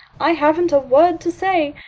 i haven't a word to say.